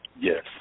Yes